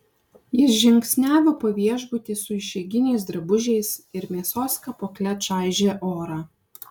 jis žingsniavo po viešbutį su išeiginiais drabužiais ir mėsos kapokle čaižė orą